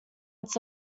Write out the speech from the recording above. its